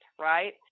right